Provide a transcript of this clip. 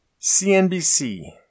CNBC